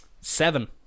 Seven